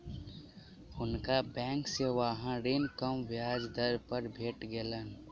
हुनका बैंक से वाहन ऋण कम ब्याज दर पर भेट गेलैन